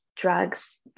drugs